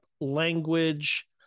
language